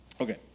Okay